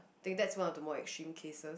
think that's one of the more extreme cases